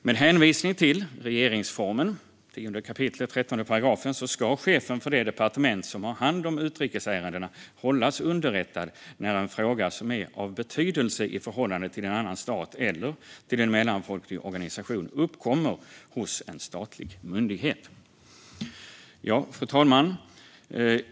Med hänvisning till regeringsformen 10 kap. 13 § ska chefen för det departement som har hand om utrikesärendena hållas underrättad när en fråga som är av betydelse för förhållandet till en annan stat eller till en mellanfolklig organisation uppkommer hos en statlig myndighet. Fru talman!